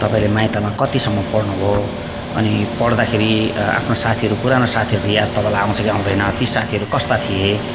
तपाईँले माइतमा कतिसम्म पढ्नु भयो अनि पढ्दाखेरि आफ्नो साथीहरू पुराना साथीहरूको याद तपाईँलाई आउँछ कि आउँदैन ती साथीहरू कस्ता थिए